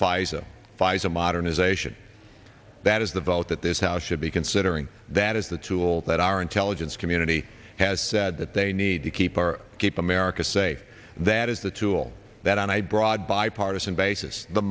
pfizer pfizer modernization that is the vote that this house should be considering that is the tool that our intelligence community has said that they need to keep our keep america safe that is the tool that on a broad bipartisan basis the